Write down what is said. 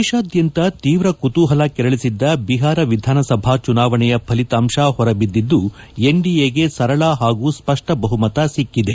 ದೇಶಾದ್ಯಂತ ತೀವ್ರ ಕುತೂಹಲ ಕೆರಳಿಸಿದ್ದ ಬಿಹಾರ ವಿಧಾನಸಭಾ ಚುನಾವಣೆಯ ಫಲಿತಾಂಶ ಹೊರಬಿದ್ದಿದ್ದು ಎನ್ಡಿಎಗೆ ಸರಳ ಹಾಗೂ ಸ್ಪಷ್ಟ ಬಹುಮತ ಸಿಕ್ಕಿದೆ